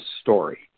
story